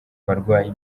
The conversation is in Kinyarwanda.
abarwaye